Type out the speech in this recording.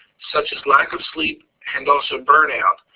such as lack of sleep and also burn out,